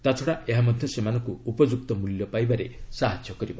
ତାଛଡ଼ା ଏହା ମଧ୍ୟ ସେମାନଙ୍କୁ ଉପଯୁକ୍ତ ମୂଲ୍ୟ ପାଇବାରେ ସାହାଯ୍ୟ କରିବ